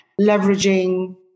leveraging